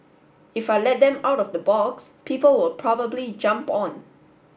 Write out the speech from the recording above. if I let them out of the box people will probably jump on